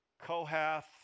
Kohath